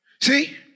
See